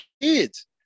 kids